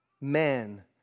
man